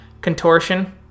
contortion